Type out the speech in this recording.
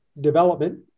development